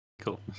cool